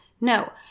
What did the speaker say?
No